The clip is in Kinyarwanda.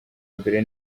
mbere